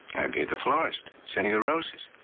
i'd be at the florist sending her roses.